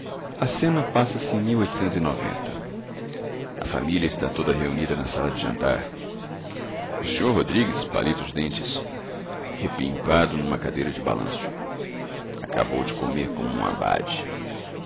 a cena passas e a família está toda reunida na sala de jantar o senhor rodrigues palita os dentes repimpado numa cadeira de balanço acabou de comer como um abade